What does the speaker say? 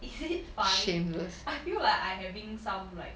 is it fine I feel like I'm having some like